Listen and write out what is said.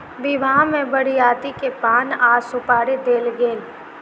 विवाह में बरियाती के पान आ सुपारी देल गेल